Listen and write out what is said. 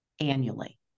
annually